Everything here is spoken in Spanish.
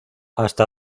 hasta